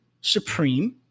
Supreme